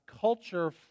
culture